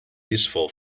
useful